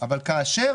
אבל כאשר